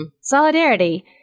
Solidarity